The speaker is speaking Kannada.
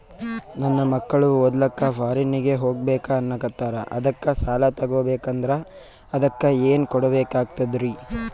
ನನ್ನ ಮಕ್ಕಳು ಓದ್ಲಕ್ಕ ಫಾರಿನ್ನಿಗೆ ಹೋಗ್ಬಕ ಅನ್ನಕತ್ತರ, ಅದಕ್ಕ ಸಾಲ ತೊಗೊಬಕಂದ್ರ ಅದಕ್ಕ ಏನ್ ಕೊಡಬೇಕಾಗ್ತದ್ರಿ?